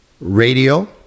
Radio